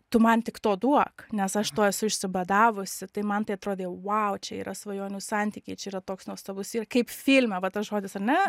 tu man tik to duok nes aš to esu išsibadavusi tai man tai atrodė vau čia yra svajonių santykiai čia yra toks nuostabus ir kaip filme va tas žodis ar ne